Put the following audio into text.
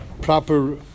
proper